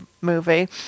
movie